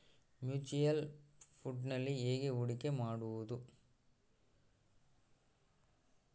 Mutual ಫುಣ್ಡ್ನಲ್ಲಿ ಹೇಗೆ ಹೂಡಿಕೆ ಮಾಡುವುದು?